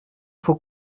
faut